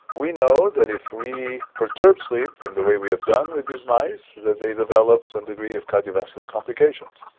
we know that if we perturb sleep in the way we have done with these mice, that they develop some degree of cardiovascular complications.